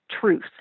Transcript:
truth